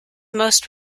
most